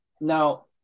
now